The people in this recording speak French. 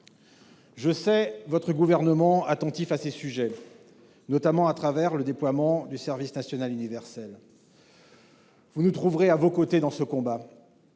Je sais le Gouvernement attentif à ces sujets, comme en témoigne notamment le déploiement du service national universel (SNU). Vous nous trouverez à vos côtés dans ce combat.